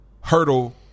hurdle